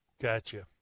gotcha